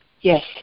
Yes